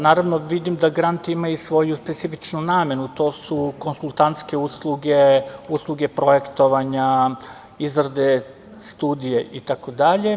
Naravno vidim da grant ima i svoju specifičnu namenu, to su konsultantske usluge, usluge projektovanja, izrade studije itd.